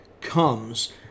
comes